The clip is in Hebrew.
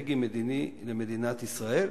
ישראל,